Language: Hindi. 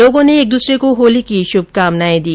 लोगों ने एक दूसरे को होली की शुभकामनाए दी